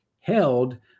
held